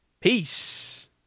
peace